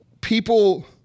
people